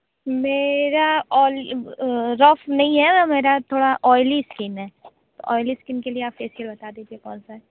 मेरा रफ नहीं है मेरा थोड़ा ऑयली स्किन है तो ऑयली स्किन के लिए आप फेशियल बता दीजिए कौन सा है